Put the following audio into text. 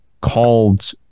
called